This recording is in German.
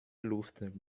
luft